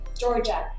Georgia